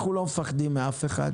אנחנו לא מפחדים מאף אחד